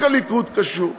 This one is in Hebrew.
רק הליכוד קשור.